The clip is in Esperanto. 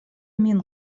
min